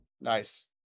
Nice